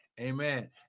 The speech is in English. Amen